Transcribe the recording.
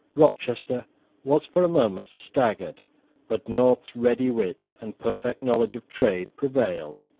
rochester was for a moment staggered but north's ready wit and perfect knowledge of trade prevailed,